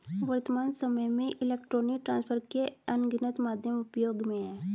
वर्त्तमान सामय में इलेक्ट्रॉनिक ट्रांसफर के अनगिनत माध्यम उपयोग में हैं